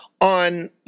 on –